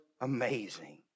amazing